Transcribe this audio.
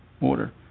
order